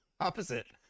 opposite